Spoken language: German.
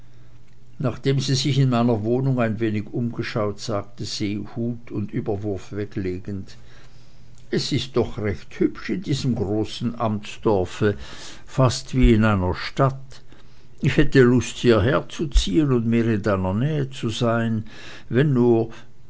nachdem sie sich in meiner wohnung ein wenig umgeschaut sagte sie hut und überwurf weglegend es ist doch recht hübsch in diesem großen amtsdorfe fast wie in einer stadt ich hätte lust hieher zu ziehen und mehr in deiner nähe zu sein wenn nur